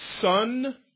son